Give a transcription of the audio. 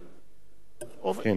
אדוני היושב-ראש,